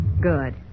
Good